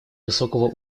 высокого